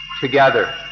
together